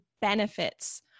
benefits